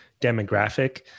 demographic